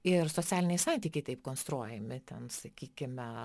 ir socialiniai santykiai taip konstruojami ten sakykime